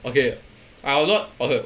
okay I will not okay